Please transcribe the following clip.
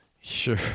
Sure